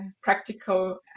practical